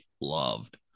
loved